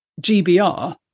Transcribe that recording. GBR